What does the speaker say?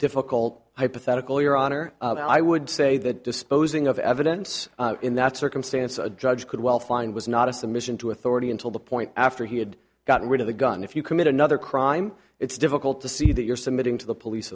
difficult hypothetical your honor i would say that disposing of evidence in that circumstance a judge could well find was not a submission to authority until the point after he had gotten rid of the gun if you commit another crime it's difficult to see that you're submitting to the police